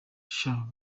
sha